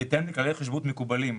בהתאם לכללי חשבות מקובלים,